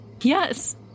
Yes